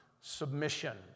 submission